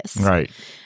Right